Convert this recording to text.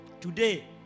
Today